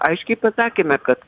aiškiai pasakėme kad